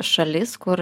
šalis kur